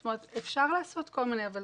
זאת אומרת, אפשר לעשות כל מיני, אבל